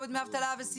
דמי אבטלה,